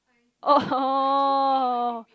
oh